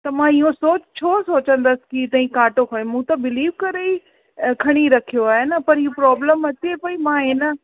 त मां इहो छो सोचींदसि की तव्हीं कांटो खणी मूं त बिलीव करे ई खणी रखियो आहे न पर ही प्रोब्लम अचे पई मां हिन